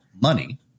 money